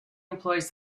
employs